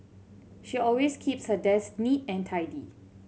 she always keeps her desk neat and tidy